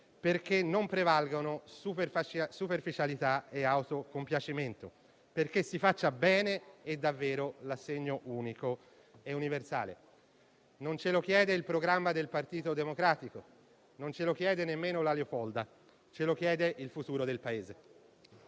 perché non prevalgano superficialità e autocompiacimento, perché si faccia bene e davvero l'assegno unico e universale. Non ce lo chiede il programma del Partito Democratico, non ce lo chiede nemmeno la Leopolda, ce lo chiede il futuro del Paese.